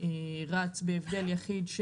בהבדל יחיד,